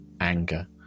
anger